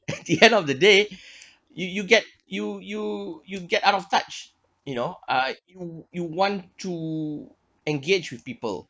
at the end of the day you you get you you you get out of touch you know uh you you want to engage with people